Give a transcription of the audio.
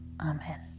Amen